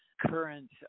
current